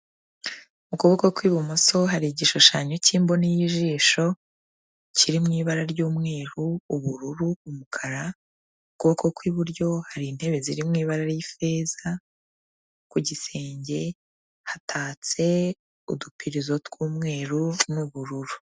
Mu kuboko kw'ibumoso hari igishushanyo cy'imboni y'ijisho kiri mu ibara ry'umweru, ubururu, umukara, mu kuboko kw'iburyo hari intebe ziri mu ibara ry'ifeza, ku gisenge hatatse udupirizo tw'umweru n'ubururu.